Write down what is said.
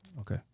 Okay